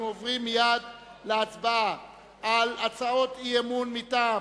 אנחנו עוברים מייד להצבעה על הצעות אי-אמון מטעם